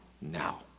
now